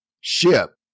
ship